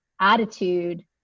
attitude